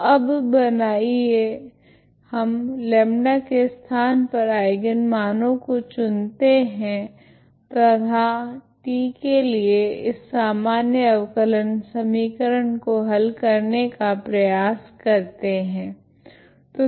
तो अब बनाइये हम λ के स्थान पर आइगन मानो को चुनते है तथा T के लिए इस सामान्य अवकलन समीकरण को हल करने का प्रयास करे